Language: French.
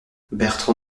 bertran